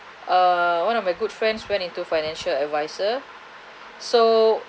uh one of a good friends went into financial adviser so